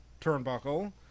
turnbuckle